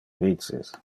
vices